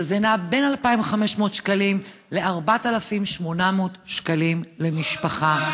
שזה נע בין 2,500 שקלים ל-4,800 שקלים למשפחה,